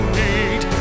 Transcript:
need